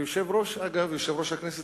יושב-ראש הכנסת,